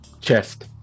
Chest